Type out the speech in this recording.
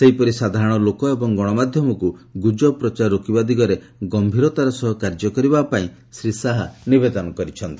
ସେହିପରି ସାଧାରଣ ଲୋକ ଏବଂ ଗଣମାଧ୍ୟମକୁ ଗୁଜବ ପ୍ରଚାର ରୋକିବା ଦିଗରେ ଗମ୍ଭୀରତାର ସହ କାର୍ଯ୍ୟ କରିବା ପାଇଁ ସେ ନିବେଦନ କରିଛନ୍ତି